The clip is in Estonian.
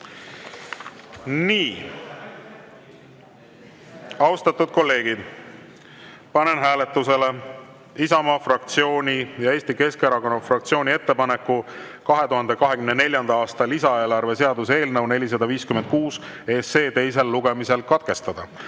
juurde? Austatud kolleegid, panen hääletusele Isamaa fraktsiooni ja Eesti Keskerakonna fraktsiooni ettepaneku 2024. aasta lisaeelarve seaduse eelnõu 456 teine lugemine katkestada.